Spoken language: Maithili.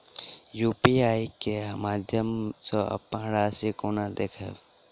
हम यु.पी.आई केँ माध्यम सँ अप्पन राशि कोना देखबै?